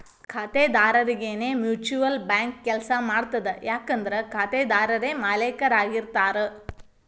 ಖಾತೆದಾರರರಿಗೆನೇ mutual bank ಕೆಲ್ಸ ಮಾಡ್ತದ ಯಾಕಂದ್ರ ಖಾತೆದಾರರೇ ಮಾಲೇಕರಾಗಿರ್ತಾರ